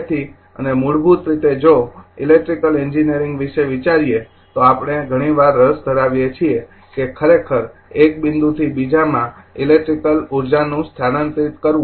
તેથી અને મૂળભૂત રીતે જો ઇલેક્ટ્રિકલ એન્જિનિયરિંગ વિશે વિચારીએ તો આપણે ઘણી વાર રસ ધરાવીએ છીએ કે ખરેખર એક બિંદુથી બીજામાં ઇલેક્ટ્રિકલ ઉર્જાનું સ્થાનાંતરિત કરવું